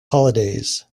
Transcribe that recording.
holidays